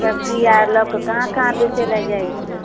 सब्जी आओर लऽ कऽ कहाँ कहाँ बेचैलए जाइ छी